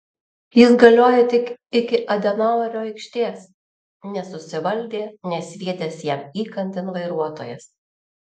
jis galioja tik iki adenauerio aikštės nesusivaldė nesviedęs jam įkandin vairuotojas